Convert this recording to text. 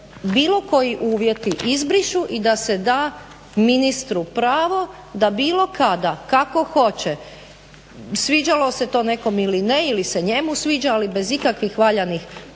bilo koji uvjeti izbrišu i da se da ministru pravo da bilo kada kako hoće, sviđalo se to nekom ili ne ili se njemu sviđa ali bez ikakvih valjanih